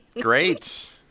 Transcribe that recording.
Great